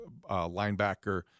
linebacker